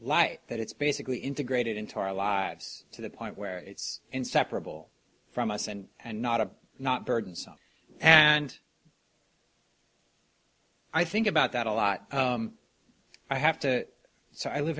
light that it's basically integrated into our lives to the point where it's inseparable from us and and not of not burdensome and i think about that a lot i have to so i live